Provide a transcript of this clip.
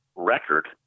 record